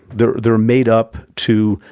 they're they're made up to